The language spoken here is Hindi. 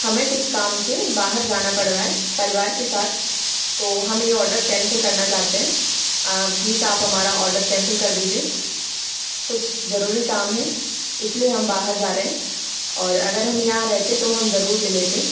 हमें कुछ काम से बाहर जाना पड़ रहा है परिवार के साथ तो हम ये आर्डर कैंसल करना चाहते है प्लीज आप हमारा ऑर्डर कैंसल कर दीजिए कुछ जरूरी काम है इसलिए हम बाहर जा रहे है और अगर हम यहाँ रहते तो हम ज़रूर ले लेते